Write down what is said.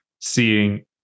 seeing